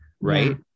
Right